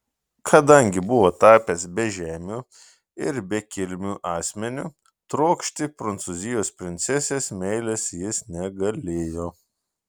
kadangi buvo tapęs bežemiu ir bekilmiu asmeniu trokšti prancūzijos princesės meilės jis negalėjo